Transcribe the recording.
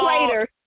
later